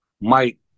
Mike